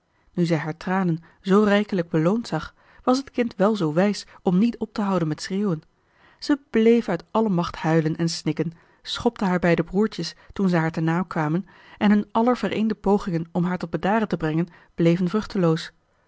nu zij haar tranen zoo rijkelijk beloond zag was het kind wel zoo wijs om niet op te houden met schreeuwen ze bleef uit alle macht huilen en snikken schopte haar beide broertjes toen ze haar te na kwamen en hun aller vereende pogingen om haar tot bedaren te brengen bleven